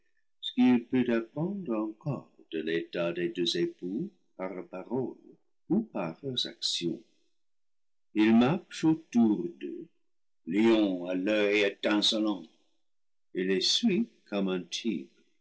ce qu'il peut apprendre encore de l'état des deux époux par leurs paroles ou par leurs actions il marche autour d'eux lion à l'oeil étincelant il les suit comme un tigre